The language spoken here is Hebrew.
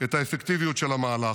את האפקטיביות של המהלך.